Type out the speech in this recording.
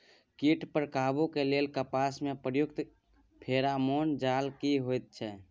कीट पर काबू के लेल कपास में प्रयुक्त फेरोमोन जाल की होयत छै?